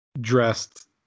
dressed